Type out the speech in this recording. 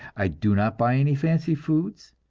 i do not buy any fancy foods,